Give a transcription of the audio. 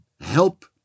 help